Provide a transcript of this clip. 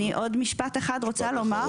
עוד משפט אחד אני רוצה לומר,